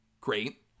Great